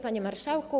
Panie Marszałku!